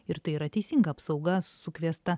ir tai yra teisinga apsauga sukviesta